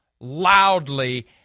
loudly